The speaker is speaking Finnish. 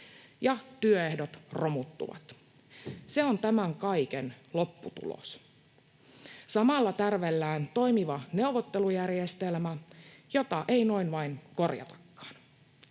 työehdot romuttuvat. Se on tämän kaiken lopputulos. Samalla tärvellään toimiva neuvottelujärjestelmä, jota ei noin vain korjatakaan.